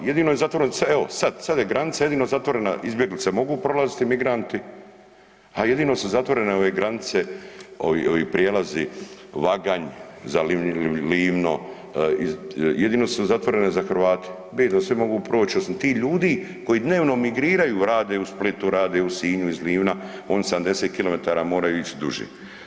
Jedino je zatvoren, evo sad, sad je granica jedino je zatvorena izbjeglice mogu prolaziti migranti, a jedino su zatvorene ove granice, ovi prijelazi Vaganj za Livno, jedino su zatvorene za Hrvate, mislim da svi mogu proći osim tih ljudi koji dnevno migriraju, rade u Splitu, rade u Sinju iz Livna oni 70 km moraju ići duže.